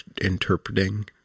interpreting